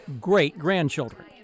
great-grandchildren